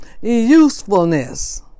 usefulness